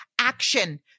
action